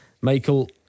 Michael